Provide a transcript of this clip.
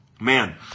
Man